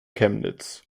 chemnitz